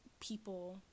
people